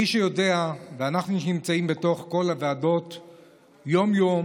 מי שיודע, אנחנו נמצאים בתוך כל הוועדות יום-יום,